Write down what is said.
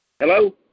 Hello